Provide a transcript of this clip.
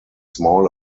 small